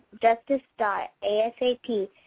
justice.asap